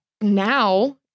now